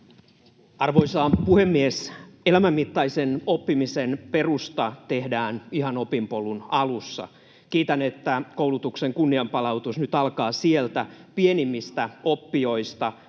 Arvoisa puhemies! Elämänmittaisen oppimisen perusta tehdään ihan opinpolun alussa. Kiitän, että koulutuksen kunnianpalautus nyt alkaa sieltä pienimmistä oppijoista